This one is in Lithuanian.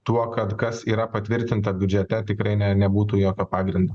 tuo kad kas yra patvirtinta biudžete tikrai ne nebūtų jokio pagrindo